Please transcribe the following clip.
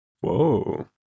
Whoa